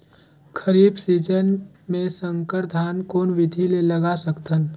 खरीफ season मे संकर धान कोन विधि ले लगा सकथन?